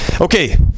Okay